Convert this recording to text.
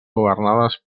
governades